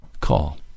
call